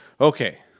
okay